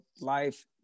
life